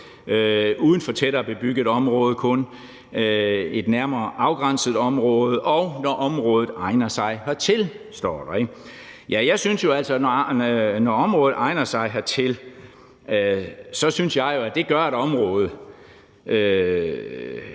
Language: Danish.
uden for tættere bebyggede områder, i et nærmere afgrænset område, og når området egner sig hertil, som der står. Jeg synes jo, at et område egner sig hertil, hvis beboere og kommunen